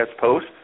post